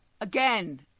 Again